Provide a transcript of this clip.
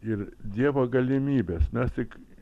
ir dievo galimybės mes tik